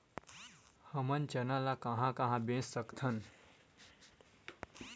हमन चना ल कहां कहा बेच सकथन?